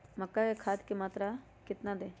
मक्का में खाद की मात्रा कितना दे?